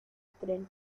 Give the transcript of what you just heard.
estreno